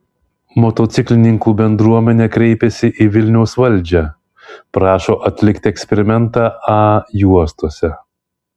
motociklininkų bendruomenė kreipėsi į vilniaus valdžią prašo atlikti eksperimentą a juostose